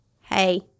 hey